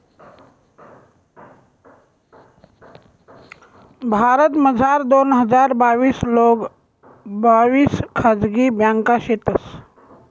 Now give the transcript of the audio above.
भारतमझार दोन हजार बाविस लोंग बाविस खाजगी ब्यांका शेतंस